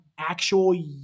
actual